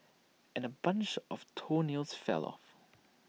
and A bunch of toenails fell off